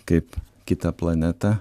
kaip kitą planetą